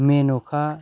मेन'का